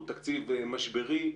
הוא תקציב משברי,